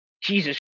Jesus